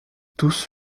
tous